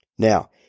Now